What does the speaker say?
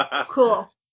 cool